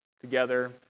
together